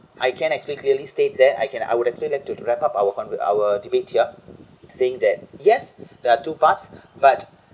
I can't actually clearly state that I can I would actually like to wrap up our conver~ our debate here saying that yes there are two parts but